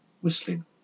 whistling